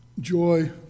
joy